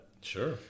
Sure